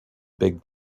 big